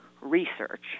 research